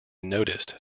noticed